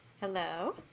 Hello